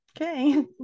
okay